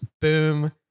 boom